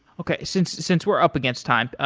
okay. since since we're up against time,